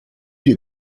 des